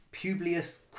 Publius